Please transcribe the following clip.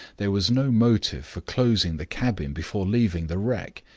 there was no motive for closing the cabin before leaving the wreck.